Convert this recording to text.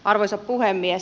arvoisa puhemies